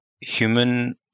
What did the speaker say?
human